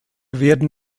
werden